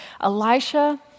Elisha